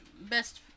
Best